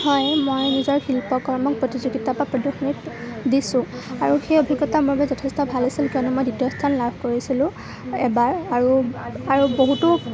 হয় মই নিজৰ শিল্পকৰ্মক প্ৰতিযোগিতা বা প্ৰদৰ্শনীত দিছোঁ আৰু সেই অভিজ্ঞতা মোৰ বাবে যথেষ্ট ভাল আছিল কিয়নো মই দ্বিতীয় স্থান লাভ কৰিছিলোঁ এবাৰ আৰু আৰু বহুতো